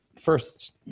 first